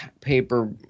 paper